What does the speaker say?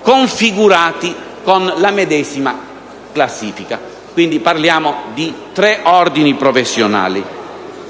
configurati con la medesima classificazione. Quindi, parliamo di tre ordini professionali.